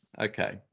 Okay